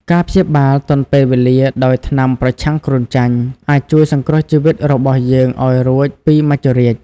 ការព្យាបាលទាន់ពេលវេលាដោយថ្នាំប្រឆាំងគ្រុនចាញ់ អាចជួយសង្គ្រោះជីវិតរបស់យើងឲ្យរួចពីមច្ចុរាជ។